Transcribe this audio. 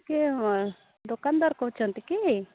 କିଏ ଦୋକାନଦାର କହୁଛନ୍ତି କି